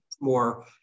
more